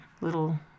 little –